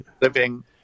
living